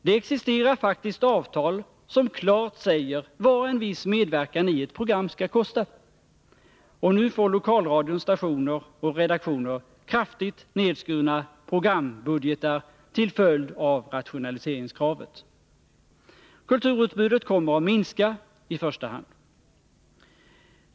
Det existerar faktiskt avtal som klart säger vad en viss medverkan i ett program skall kosta. Nu får lokalradions stationer och redaktioner kraftigt nedskurna programbudgetar till följd av rationaliseringskravet. Kulturutbudet kommer att minska i första hand.